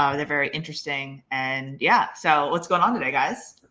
um they're very interesting. and yeah, so what's going on today guys?